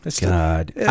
God